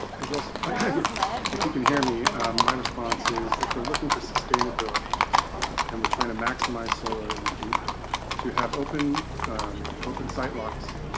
i guess ah kind of if if you can hear me my responses. if we're looking for sustainability and we're trying to maximize solar energy to have open open site locks.